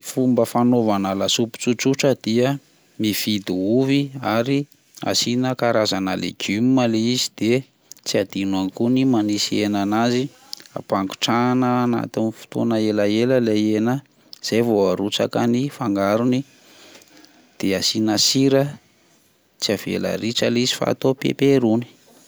Fomba fanaovana lasopy tsotsotra dia mividy ovy ary asiana karazana legioma le izy de tsy adino ihany ko manisy hena an'azy, ampagotrahana anaty fotoana ela ela ilay hena zay vao arotsaka ny fangarony dia asiana sira tsy avela ritra le izy fa atao bebe rony.